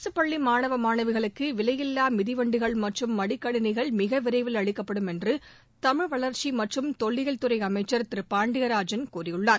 அரசுப் பள்ளி மாணவ மாணவிகளுக்கு விலையில்லா மிதிவண்டிகள் மற்றும் மடிக்கணினிகள் மிக விரைவில் அளிக்கப்படும் என்று தமிழ் வளா்ச்சி மற்றும் தொல்லியல் துறை அமைச்சா் திரு பாண்டியராஜன் கூறியுள்ளார்